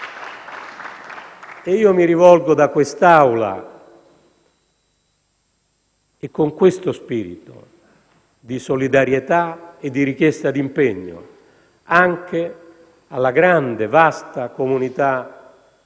Ed io mi rivolgo da quest'Aula e con questo spirito di solidarietà e di richiesta di impegno anche alla grande, vasta comunità musulmana